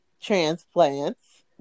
transplants